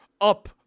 up